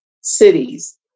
cities